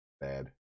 Bad